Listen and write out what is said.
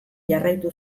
jarraitu